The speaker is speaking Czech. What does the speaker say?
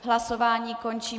Hlasování končím.